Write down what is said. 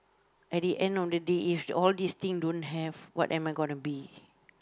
at the end of the day if all these thing don't have what am I gonna be